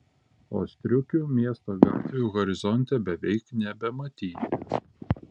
o striukių miesto gatvių horizonte beveik nebematyti